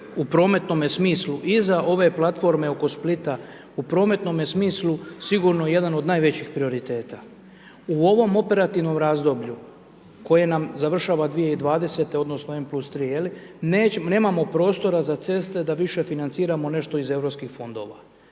u prometnome smislu iza ove platforme oko Splita, u prometnome smislu sigurno jedan od najvećih prioriteta. U ovom operativnom razdoblju koje nam završava 2020. odnosno n+3 je li nemamo prostora za ceste da više financirano nešto iz europskih fondova.